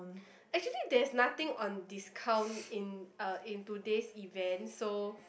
actually there's nothing on discount in uh in today's event so